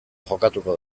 jokatuko